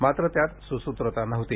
मात्र त्यात सुसूत्रता नव्हती